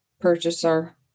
Purchaser